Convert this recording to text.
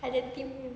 ada theme